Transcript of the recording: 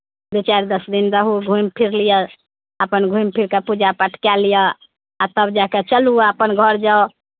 दू चारि दस दिन रहू घुमि फिरि लिअ अपन घुमि फिरि कऽ पूजा पाठ कए लिअ आ तब जा कऽ चलू आ अपन घर जाउ